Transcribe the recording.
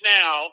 now